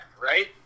right